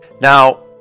Now